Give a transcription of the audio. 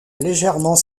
légèrement